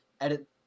edit